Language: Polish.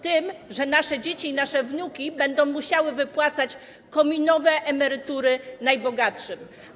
Tym, że nasze dzieci i wnuki będą musiały wypłacać kominowe emerytury najbogatszym.